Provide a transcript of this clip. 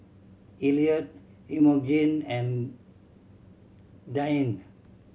Eliot Emogene and Deanne